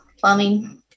plumbing